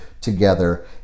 Together